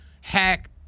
hack